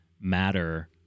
matter